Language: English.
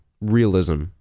realism